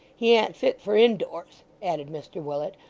he an't fit for indoors added mr willet,